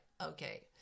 okay